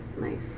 Nice